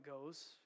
goes